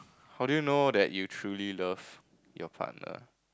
how do you know that you truly love your partner